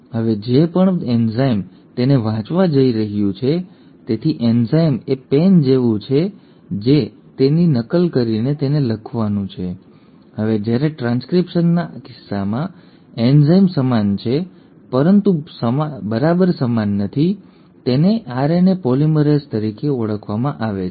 હવે જે પણ એન્ઝાઇમ તેને વાંચવા જઈ રહ્યું છે તેથી એન્ઝાઇમ એ પેન જેવું છે જે તેની નકલ કરીને તેને લખવાનું છે હવે જ્યારે ટ્રાન્સક્રિપ્શનના કિસ્સામાં એન્ઝાઇમ સમાન છે પરંતુ બરાબર સમાન નથી સમાન છે તેને RNA પોલિમરેઝ તરીકે ઓળખવામાં આવે છે